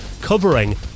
covering